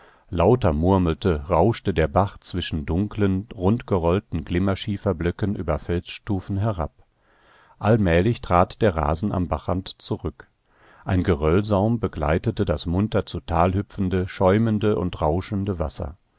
lauter murmelte rauschte der bach zwischen dunklen rundgerollten glimmerschieferblöcken über felsstufen herab allmählich trat der rasen am bachrand zurück ein geröllsaum begleitete das munter zu tal hüpfende schäumende und rauschende wasser